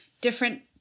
different